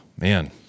man